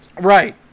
right